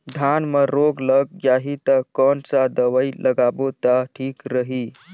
धान म रोग लग जाही ता कोन सा दवाई लगाबो ता ठीक रही?